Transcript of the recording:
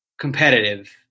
competitive